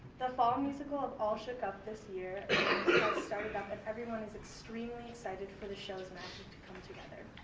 the fall musical of all shook up this year has you know started up and everyone is extremely excited for the show's magic to come together.